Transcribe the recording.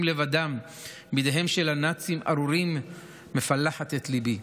לבדם בידיהם של הנאצים הארורים מפלחת את ליבי.